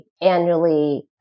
annually